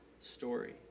story